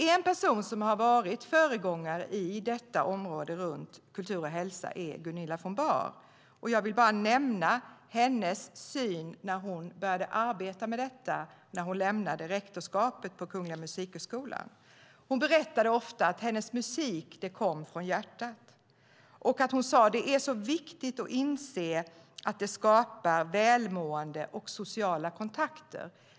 En person som har varit föregångare på området kultur och hälsa är Gunilla von Bahr. Hon började arbeta med detta när hon lämnade rektorskapet på Kungliga Musikhögskolan. Hon berättade ofta att hennes musik kom från hjärtat. Hon sade att det är så viktigt att inse att kulturella aktiviteter skapar välmående och sociala kontakter.